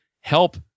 help